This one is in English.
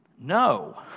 No